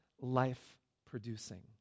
life-producing